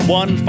one